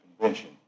Convention